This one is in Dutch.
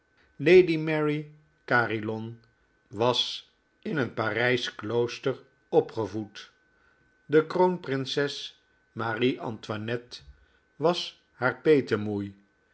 lady mary caerlyon was in een parijsch klooster opgevoed de kroonprinses marie antoinette was haar